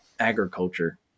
agriculture